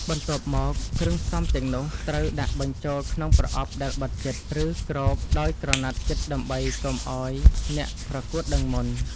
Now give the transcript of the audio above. បន្ទាប់មក គ្រឿងផ្សំទាំងនោះត្រូវដាក់បញ្ចូលក្នុងប្រអប់ដែលបិទជិត ឬគ្របដោយក្រណាត់ជិតដើម្បីកុំឱ្យអ្នកប្រកួតដឹងមុន។